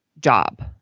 job